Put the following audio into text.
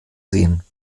sehen